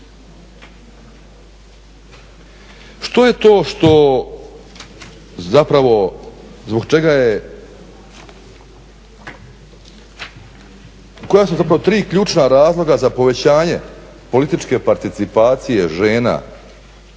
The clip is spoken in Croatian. Što je to što zapravo zbog čega je, koja su zapravo tri ključna razloga za povećanje političke participacije žena.